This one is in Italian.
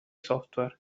software